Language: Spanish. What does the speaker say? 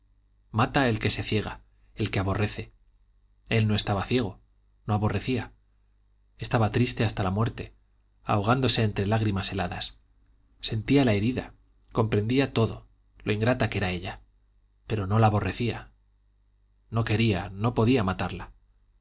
mata el que se ciega el que aborrece él no estaba ciego no aborrecía estaba triste hasta la muerte ahogándose entre lágrimas heladas sentía la herida comprendía todo lo ingrata que era ella pero no la aborrecía no quería no podría matarla